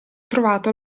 trovato